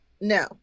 No